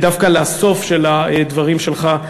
דווקא לסוף של הדברים שלך.